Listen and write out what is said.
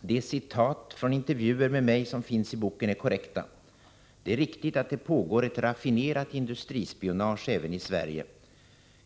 ”De citat från intervjuer med mig som finns i boken är korrekta. Det är riktigt att det pågår ett raffinerat industrispionage även i Sverige.